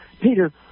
Peter